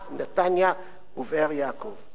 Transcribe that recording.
נתניה ובאר-יעקב.